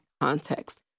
context